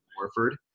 Warford